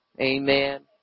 Amen